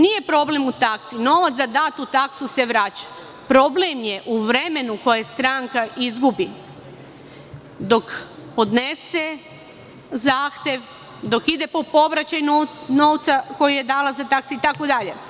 Nije problem u taksi, novac za datu taksu se vraća, problem je u vremenu koje stranka izgubi dok podnese zahtev, dok ide po povraćaj novca koji je dala za takse itd.